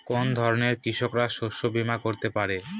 কোন ধরনের কৃষকরা শস্য বীমা করতে পারে?